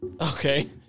Okay